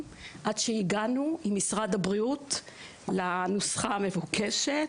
עד שהגענו עם משרד הבריאות לנוסחה המבוקשת.